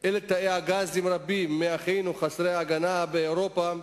אל תאי הגזים רבים מאחינו חסרי ההגנה באירופה,